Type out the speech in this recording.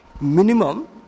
minimum